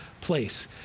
place